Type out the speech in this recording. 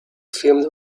filmed